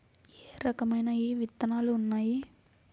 ఏ రకమైన విత్తనాలు ఉన్నాయి?